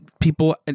people –